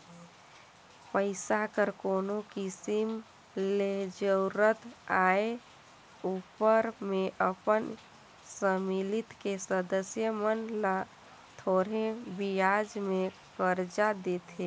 पइसा कर कोनो किसिम ले जरूरत आए उपर में अपन समिति के सदस्य मन ल थोरहें बियाज में करजा देथे